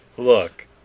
Look